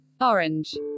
orange